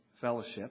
Fellowship